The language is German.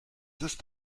ist